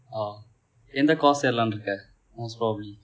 oh எந்த:entha course சேரலாம்னு இருக்கிறாய்:seralaamnu irukirai most probably